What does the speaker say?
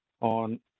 on